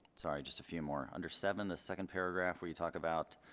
sorry just a few more under seven the second paragraph where you talk about